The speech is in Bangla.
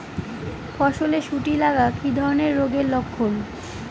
ফসলে শুটি লাগা কি ধরনের রোগের লক্ষণ?